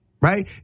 right